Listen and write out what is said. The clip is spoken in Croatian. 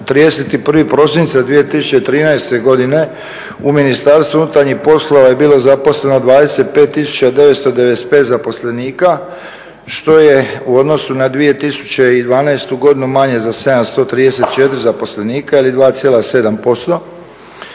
31. prosinca 2013. godine u Ministarstvu unutarnjih poslova je bilo zaposleno 25 tisuća 995 zaposlenika, što je u odnosu na 2012. godinu manje za 734 zaposlenika ili 2,7%.